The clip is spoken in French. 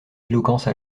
éloquence